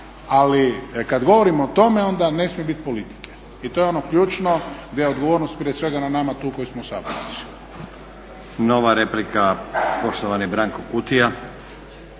Ali kada govorimo o tome onda ne smije biti politike. I to je ono ključno gdje je odgovornost prije svega na nama tu koji smo u sabornici.